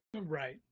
Right